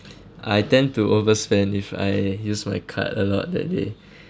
I tend to overspend if I use my card a lot that day